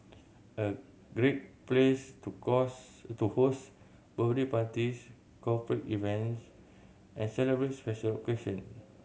a great place to to host birthday parties corporate events and celebrate special occasion